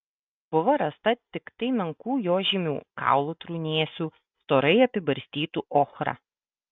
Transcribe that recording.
buvo rasta tiktai menkų jo žymių kaulų trūnėsių storai apibarstytų ochra